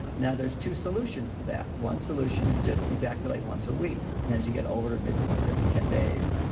now, there's two solutions to that. one solution is just ejaculate once a week. and as you get older, maybe once every ten days.